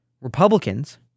Republicans